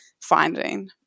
finding